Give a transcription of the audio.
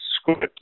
script